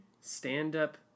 stand-up